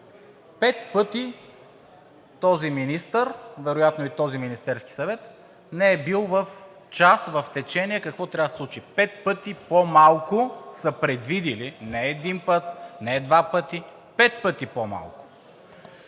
Пет пъти този министър, вероятно и този Министерски съвет не е бил в час, в течение какво трябва да се случи. Пет пъти по-малко са предвидили! Не един път, не два пъти, пет пъти по малко!